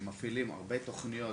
מפעילים תוכניות